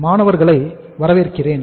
மாணவர்களை வரவேற்கிறேன்